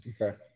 Okay